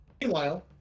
Meanwhile